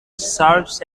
serves